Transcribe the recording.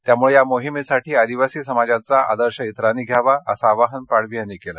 त्यामुळे या मोहिमेसाठी आदिवासी समाजाचा आदर्श त्रिरांनी घ्यावा असं आवाहन पाडवी यांनी केलं